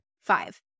five